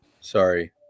sorry